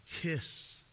kiss